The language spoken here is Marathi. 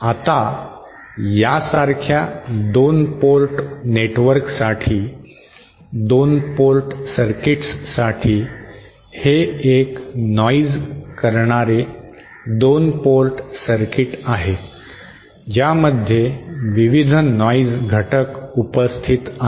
आता यासारख्या 2 पोर्ट नेटवर्कसाठी 2 पोर्ट सर्किट्ससाठी हे एक नॉइज करणारे 2 पोर्ट सर्किट आहे ज्यामध्ये विविध नॉइज घटक उपस्थित आहेत